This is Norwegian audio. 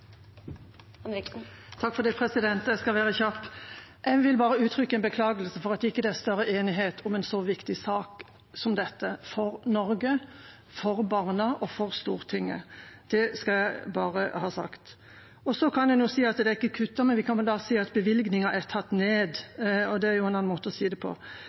Jeg skal være kjapp. Jeg vil bare uttrykke en beklagelse for at det ikke er større enighet om en så viktig sak som dette – for Norge, for barna og for Stortinget. Det skal jeg bare ha sagt. Så kan man jo si at det ikke er kuttet, men man kan vel si at bevilgningen er tatt ned. Det er en annen